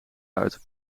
uit